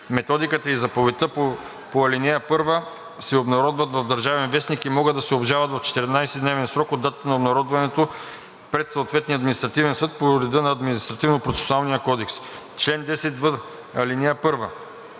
Методиката и заповедта по ал. 1 се обнародват в „Държавен вестник“ и могат да се обжалват в 14-дневен срок от датата на обнародването пред съответния административен съд по реда на Административнопроцесуалния кодекс. Чл. 10в.